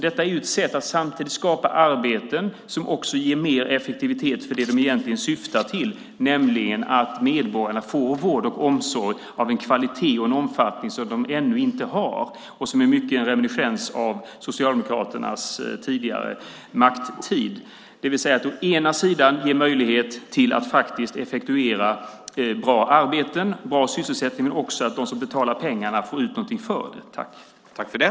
Detta är ju ett sätt att samtidigt skapa arbeten som också ger mer effektivitet när det gäller det de egentligen syftar till, nämligen att medborgarna får vård och omsorg av en kvalitet och en omfattning som de ännu inte har och som i mycket är en reminiscens av Socialdemokraternas tidigare tid vid makten. Det vill säga att man ger möjlighet att faktiskt effektuera bra arbeten och bra sysselsättning, men det betyder också att de som betalar pengarna får ut någonting för dem.